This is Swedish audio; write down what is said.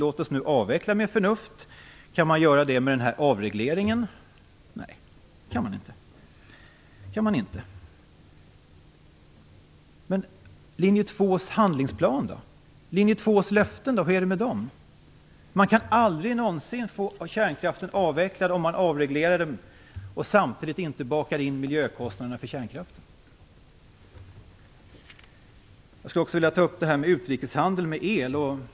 Låt oss nu avveckla med förnuft! Kan man göra det med den här avregleringen? Nej, det kan man inte. Men hur är det med linje 2:s handlingsplan och deras löften? Man kan aldrig någonsin få kärnkraften avvecklad om man avreglerar elmarknaden utan att baka in miljökostnaderna för kärnkraften. Jag skulle också vilja ta upp detta med utrikeshandel med el.